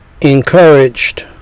encouraged